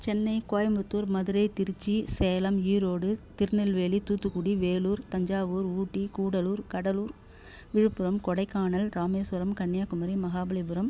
Chennai Coimbatore Madurai Tiruchi Salem Erode Tirunelveli Thoothukudi Vellore Thanjavur Ooty Gudalur Cuddalore Villupuram Kodaikanal Rameswaram Kanyakumari Mahabalipuram